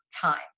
time